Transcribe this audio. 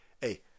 hey